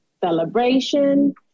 celebration